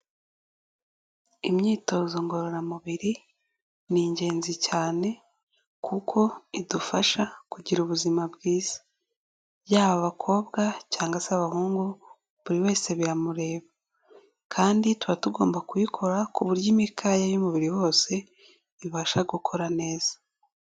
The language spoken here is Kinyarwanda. Imyitozo ngororamubiri ni ingenzi cyane kuko idufasha kugira ubuzima bwiza, yaba abakobwa cyangwa se abahungu, buri wese biramureba kandi tuba tugomba kuyikora ku buryo imikaya y'umubiri wose ibasha gukora neza.